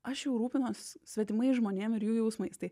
aš jau rūpinuos svetimais žmonėm ir jų jausmais tai